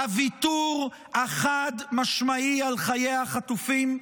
הוויתור החד-משמעי על חיי החטופים,